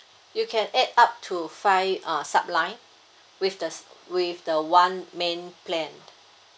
you can add up to five uh subline with the with the one main plan